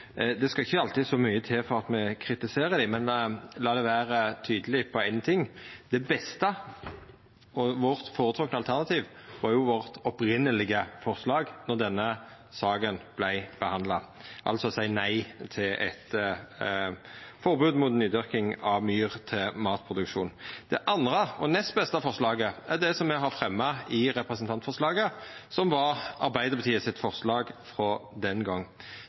Det skal ikkje alltid så mykje til før me kritiserer dei, men la éin ting vera tydeleg: Det beste – og det føretrekte alternativet vårt då denne saka vart behandla – var jo det opphavlege forslaget vårt, altså å seia nei til eit forbod mot nydyrking av myr til matproduksjon. Det andre og nest beste forslaget er det som me har fremja i representantforslaget, som var Arbeidarpartiet sitt forslag frå den